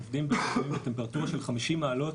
עובדים בתנאים של טמפרטורה של 55 מעלות,